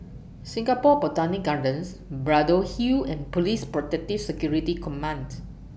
Singapore Botanic Gardens Braddell Hill and Police Protective Security Command